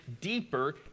deeper